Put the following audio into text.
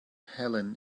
helen